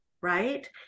right